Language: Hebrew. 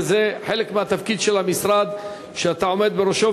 ואני חושב שזה חלק מהתפקיד של המשרד שאתה עומד בראשו,